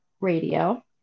radio